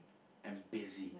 am busy